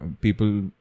People